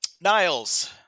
Niles